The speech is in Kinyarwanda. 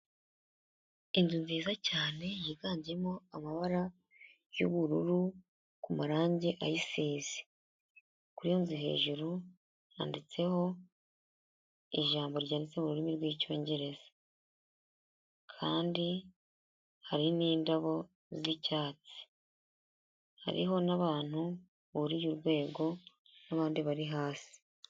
Inzu nziza cyane yiganjemo amabara y'ubururu ku marange ayisize, kuri iyo nzu hejuru handitseho ijambo ryanditse mu rurimi rw'icyongereza kandi hari n'indabo z'icyatsi, hariho n'abantu buriye urwego n'abandi bari hasi.